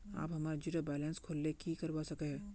आप हमार zero balance खोल ले की करवा सके है?